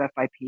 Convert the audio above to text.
FIP